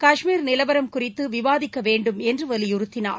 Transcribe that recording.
காஷ்மீர் நிலவரம் குறித்து விவாதிக்க வேண்டும் என்று வலியுறத்தினார்